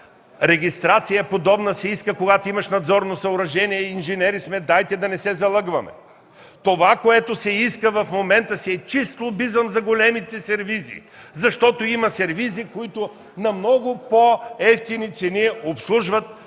регистрация се иска, когато имаш надзорно съоръжение – инженери сме, дайте да не се залъгваме. Това, което се иска в момента, си е чист лобизъм за големите сервизи, защото има сервизи, които на много по-евтини цени обслужват клиентите